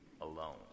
alone